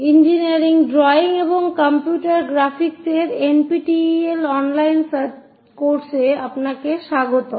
engineering drawing এবং computer গ্রাফিক্সের NPTEL online কোর্সে আপনাকে স্বাগতম